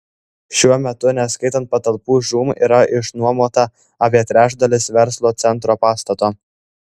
šiuo metu neskaitant patalpų žūm yra išnuomota apie trečdalis verslo centro pastato